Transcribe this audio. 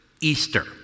Easter